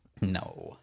No